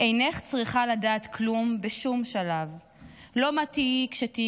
"אינך צריכה לדעת כלום בשום שלב / לא מה תהיי כשתהיי